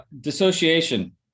Dissociation